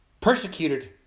persecuted